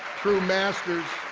true masters.